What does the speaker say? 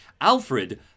Alfred